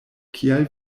kial